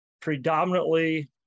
Predominantly